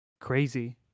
Crazy